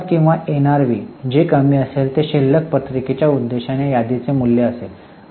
किंमत किंवा एनआरव्ही जे कमी असेल ते शिल्लक पत्रिकेच्या उद्देशाने यादीचे मूल्य असेल